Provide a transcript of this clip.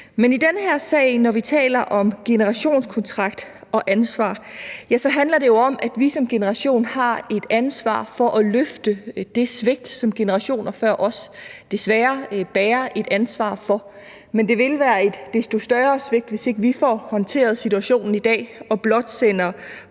vi i den her sag taler om generationskontrakt og ansvar, handler det jo om, at vi som generation har et ansvar for at afhjælpe det svigt, som generationer før os desværre bærer et ansvar for. Men det vil være et desto større svigt, hvis ikke vi får håndteret situationen i dag, men blot sender